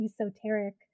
esoteric